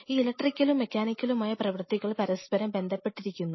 ഈ ഇലക്ട്രിക്കലും മെക്കാനിക്കലുമായ പ്രവർത്തികൾ പരസ്പരം ബന്ധപ്പെട്ടിരിക്കുന്നു